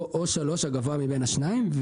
או שלוש, הגבוה מבין השניים.